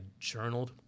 journaled